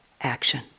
action